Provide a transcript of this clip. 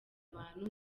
abantu